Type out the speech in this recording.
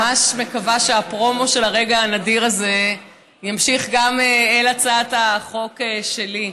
אני ממש מקווה שהפרומו של הרגע הנדיר הזה ימשיך גם אל הצעת החוק שלי.